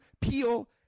peel